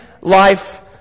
life